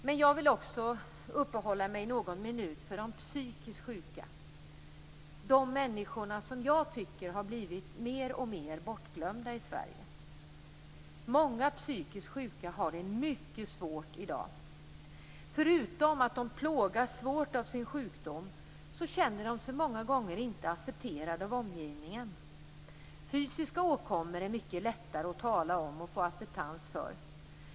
Men jag vill också uppehålla mig någon minut vid de psykiskt sjuka, de människor som jag tycker har blivit mer och mer bortglömda i Sverige. Många psykiskt sjuka har det mycket svårt i dag. Förutom att de plågas svårt av sin sjukdom känner de sig många gånger inte accepterade av omgivningen. Fysiska åkommor är mycket lättare att tala om och få acceptans för.